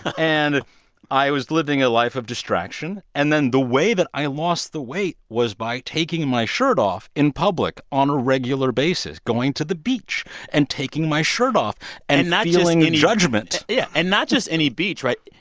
and i was living a life of distraction. and then the way that i lost the weight was by taking my shirt off in public on a regular basis, going to the beach and taking my shirt off and and feeling the judgment yeah and not just any beach, right?